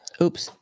Oops